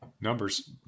numbers